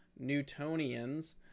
Newtonians